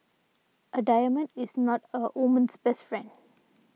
a diamond is not a woman's best friend